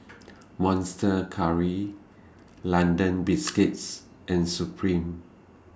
Monster Curry London Biscuits and Supreme